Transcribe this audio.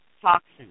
toxins